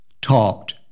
talked